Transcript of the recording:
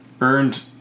earned